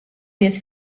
nies